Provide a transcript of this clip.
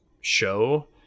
show